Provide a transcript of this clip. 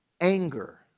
anger